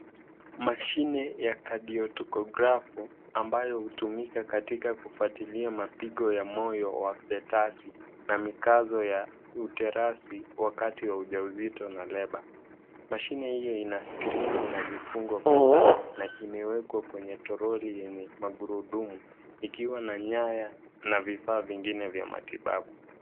Mashini ya kadiopotografu ambayo unatumiwa katika kufuatilia mapigo ya moyo fetasi na mikaso ya uterasi wakati wa Una uzito na labour. Mashini hiyo ina skrini na vifungo kadhaa na imewekwa kwenye toroli yenye Magurudumu ikiwa na nyaya na vifaa vingine vya matibabu.